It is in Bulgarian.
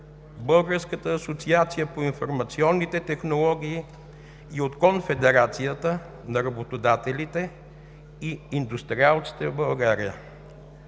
Българската асоциация по информационните технологии и от Конфедерацията на работодателите и индустриалците в България.